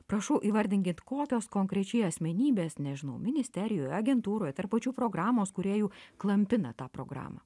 prašau įvardinkit kokios konkrečiai asmenybės nežinau ministerijoj agentūroj tarp pačių programos kūrėjų klampina tą programą